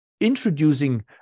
introducing